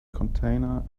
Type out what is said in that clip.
container